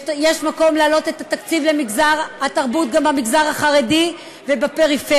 יש מקום להעלות את תקציב התרבות גם במגזר החרדי ובפריפריה.